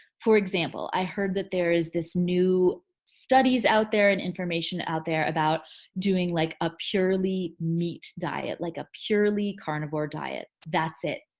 for example, i heard that there is this new studies out there and information out there about doing like a purely meat diet. like a purely carnivore diet. that's it,